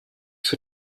für